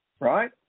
Right